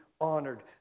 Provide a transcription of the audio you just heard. honored